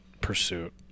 pursuit